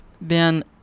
Ben